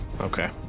Okay